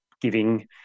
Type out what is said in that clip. giving